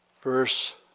verse